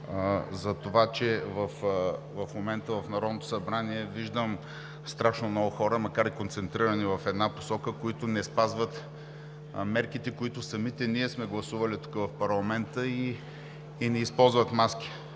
за това, че в момента в Народното събрание виждам страшно много хора, макар и концентрирани в една посока, които не спазват мерките, които самите ние сме гласували тук в парламента, и не използват маски.